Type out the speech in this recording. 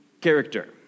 character